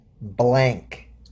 blank